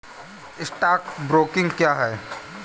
Stock broking क्या है?